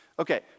Okay